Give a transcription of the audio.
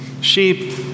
sheep